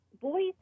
boys